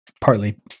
partly